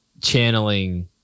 channeling